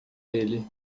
ele